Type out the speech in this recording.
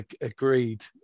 Agreed